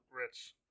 rich